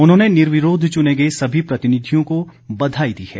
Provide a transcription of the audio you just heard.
उन्होंने निर्विरोध चुने गए सभी प्रतिनिधियों को बधाई दी है